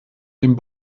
dem